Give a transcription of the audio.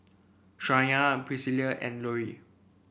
Shayna Priscilla and Louie